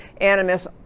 animus